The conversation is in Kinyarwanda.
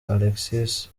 alexis